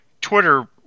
Twitter